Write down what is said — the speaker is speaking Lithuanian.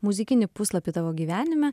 muzikinį puslapį tavo gyvenime